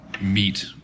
meet